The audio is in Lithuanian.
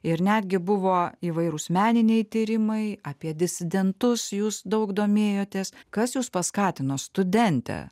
ir netgi buvo įvairūs meniniai tyrimai apie disidentus jūs daug domėjotės kas jus paskatino studentę